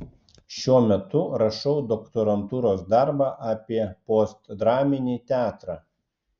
šiuo metu rašau doktorantūros darbą apie postdraminį teatrą